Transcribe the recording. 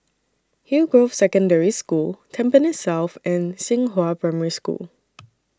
Hillgrove Secondary School Tampines South and Xinghua Primary School